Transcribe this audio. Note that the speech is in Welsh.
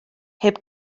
heb